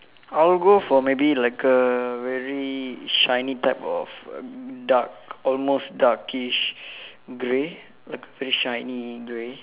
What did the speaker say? I will go for maybe like a very shiny type of dark almost darkish grey like a very shiny grey